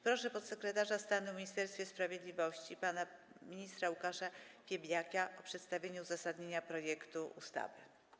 Proszę podsekretarza stanu w Ministerstwie Sprawiedliwości pana ministra Łukasza Piebiaka o przedstawienie uzasadnienia projektu ustawy.